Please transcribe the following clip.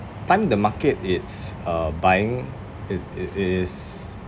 time the market it's uh buying it it it is